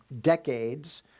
decades